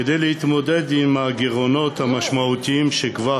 כדי להתמודד עם הגירעונות המשמעותיים שכבר